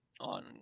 on